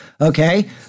Okay